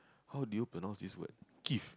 how do you pronounce this word kith